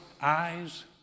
eyes